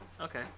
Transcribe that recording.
Okay